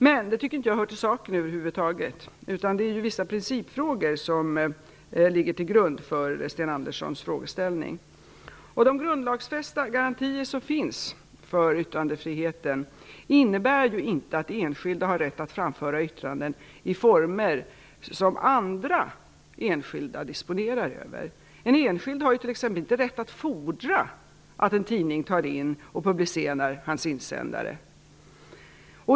Men det hör inte till saken över huvud taget, utan det är vissa principfrågor som ligger till grund för Sten Anderssons fråga. De grundlagsfästa garantier som finns för yttrandefriheten innebär inte att enskilda har rätt att framföra yttranden i former som andra enskilda disponerar över. Den enskilde har t.ex. inte rätt att fordra att en tidning tar in och publicerar hans insändare.